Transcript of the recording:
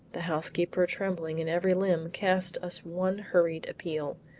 the housekeeper trembling in every limb, cast us one hurried appeal.